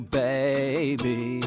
baby